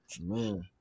Man